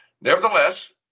Nevertheless